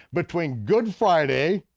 between good friday,